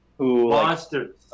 Monsters